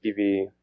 TV